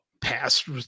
past